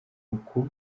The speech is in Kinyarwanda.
ukuba